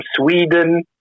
Sweden